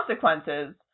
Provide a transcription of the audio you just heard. consequences